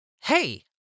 hey